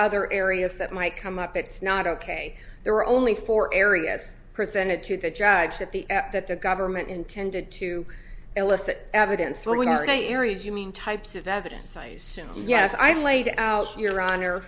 other areas that might come up it's not ok there were only four areas presented to the judge that the that the government intended to elicit evidence when you say areas you mean types of evidence yes i laid out your honor